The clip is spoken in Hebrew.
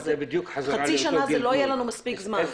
חצי שנה לא יהיה לנו מספיק זמן.